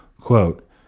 Quote